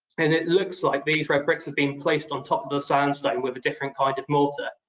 and it looks like these red bricks have been placed on top of the sandstone with a different kind of mortar,